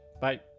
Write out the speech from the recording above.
bye